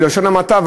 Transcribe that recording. בלשון המעטה,